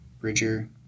Bridger